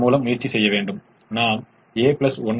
நாம் முயற்சி செய்கிறோம் 21 2